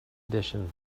edition